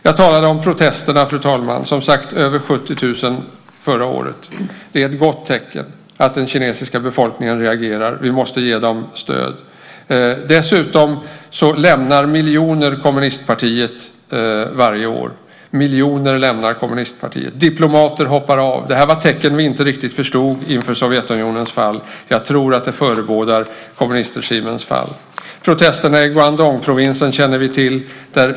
Jag talade om protesterna, fru talman. Det var, som sagt, över 70 000 förra året. Det är ett gott tecken att den kinesiska befolkningen reagerar. Vi måste ge dem stöd. Dessutom lämnar miljoner kommunistpartiet varje år. Diplomater hoppar av. Det här var tecken som de inte riktigt förstod inför Sovjetunionens fall. Jag tror att det förebådar kommunistregimens fall. Protesterna i Guangdongprovinsen känner vi till.